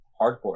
hardcore